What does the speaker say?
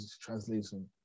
translation